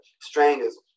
strangers